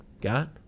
got